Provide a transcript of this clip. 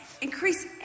Increase